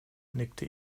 nickte